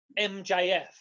MJF